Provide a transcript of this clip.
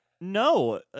No